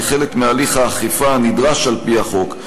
כחלק מהליך האכיפה הנדרש על-פי החוק,